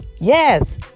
Yes